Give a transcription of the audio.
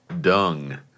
dung